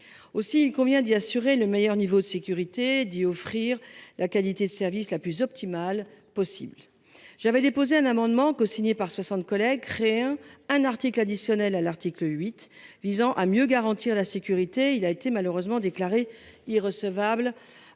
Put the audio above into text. Aussi, il convient d'y assurer le meilleur niveau sécurité dit offrir la qualité de service la plus optimale possible. J'avais déposé un amendement cosigné par 60 collègue créer un un article additionnel à l'article 8 visant à mieux garantir la sécurité. Il a été malheureusement déclarée irrecevable.